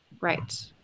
Right